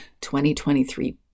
2023